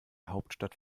hauptstadt